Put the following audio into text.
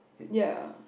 ya